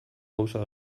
gauza